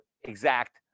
exact